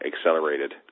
accelerated